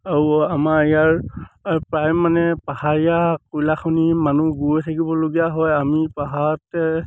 আৰু আমাৰ ইয়াৰ প্ৰায় মানে পাহাৰীয়া কয়লাখনি মানুহ গৈ থাকিবলগীয়া হয় আমি পাহাৰতে